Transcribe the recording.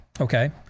Okay